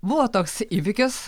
buvo toks įvykis